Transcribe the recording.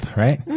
right